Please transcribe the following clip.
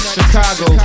Chicago